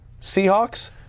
Seahawks